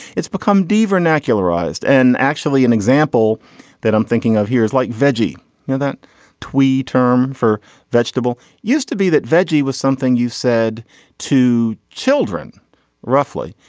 it's become dever naxal arised and actually an example that i'm thinking of here is like veggie know that twee term for vegetable used to be that veggie was something you said to children roughly.